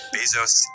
Bezos